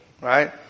right